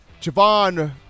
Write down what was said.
Javon